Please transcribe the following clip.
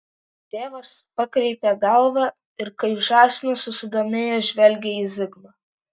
tėvas pakreipia galvą ir kaip žąsinas susidomėjęs žvelgia į zigmą